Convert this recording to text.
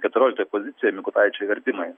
keturioliktoj pozicijoj mikutaičiai vertimai